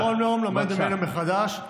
אני כל יום לומד ממנו מחדש,